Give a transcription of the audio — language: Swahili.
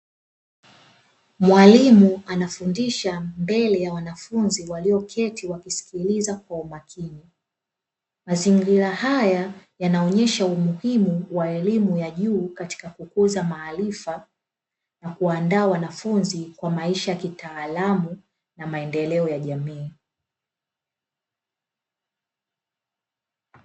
Mwalimu anafundisha mbele ya wanafunzi walioketi wakisikiliza kwa umakini. Mazingira haya yanaonyesha umuhimu wa elimu ya juu katika kukuza maarifa na kuandaa wanafunzi kwa maisha kitaalamu na maendeleo ya jamii.